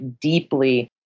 deeply